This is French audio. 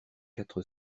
quatre